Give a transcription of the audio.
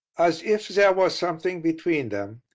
as if there were something between them.